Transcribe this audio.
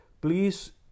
please